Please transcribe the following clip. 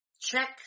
check